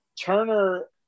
Turner